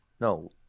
No